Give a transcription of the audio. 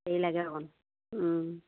দেৰি লাগে অকণ